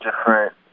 different